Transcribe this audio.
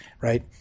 right